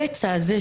הפצע הזה,